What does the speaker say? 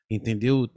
Entendeu